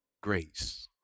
Grace